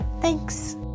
Thanks